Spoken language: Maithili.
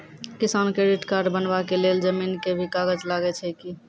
किसान क्रेडिट कार्ड बनबा के लेल जमीन के भी कागज लागै छै कि?